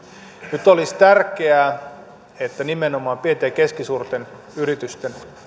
nyt olisi tärkeää että nimenomaan pienten ja keskisuurten yritysten